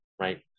Right